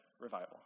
revival